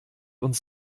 uns